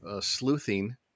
sleuthing